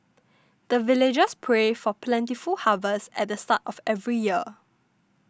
the villagers pray for plentiful harvest at the start of every year